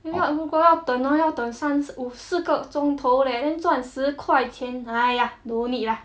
if not 如果要等 hor 要等三四四个钟头 leh then 赚十块钱 !aiya! don't need lah